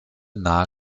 nahe